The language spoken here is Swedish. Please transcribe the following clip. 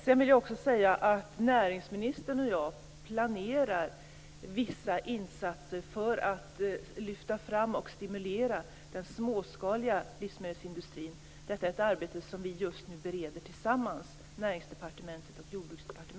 Sedan vill jag också säga att näringsministern och jag planerar vissa insatser för att lyfta fram och stimulera den småskaliga livsmedelsindustrin. Detta är ett arbete som vi just nu bereder tillsammans inom